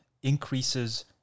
increases